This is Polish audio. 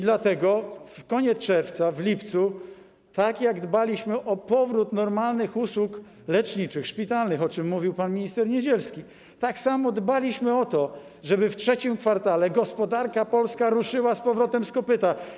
Dlatego pod koniec czerwca, w lipcu, tak jak dbaliśmy o powrót normalnych usług leczniczych, szpitalnych, o czym mówił pan minister Niedzielski, tak samo dbaliśmy o to, żeby w III kwartale gospodarka polska ruszyła z powrotem z kopyta.